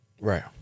Right